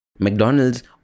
McDonald's